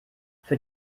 für